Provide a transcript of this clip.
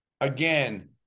again